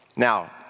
Now